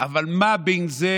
אבל מה בין זה